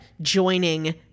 joining